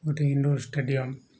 ଗୋଟେ indoor stadium